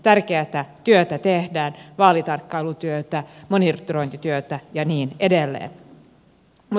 tärkeätä työtä tehdään vaalitarkkailutyötä monitorointityötä ja niin edelleen